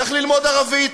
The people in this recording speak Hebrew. צריך ללמוד ערבית,